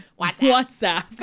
WhatsApp